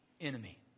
enemy